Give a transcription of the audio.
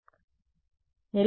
విద్యార్థి yes that is it